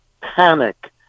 panic